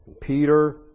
Peter